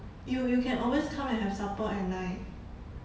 you you can always come and have supper at nine